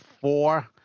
four